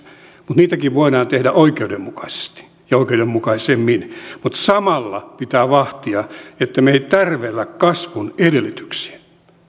mutta niitäkin voidaan tehdä oikeudenmukaisesti ja oikeudenmukaisemmin mutta samalla pitää vahtia että me emme tärvele kasvun edellytyksiä ja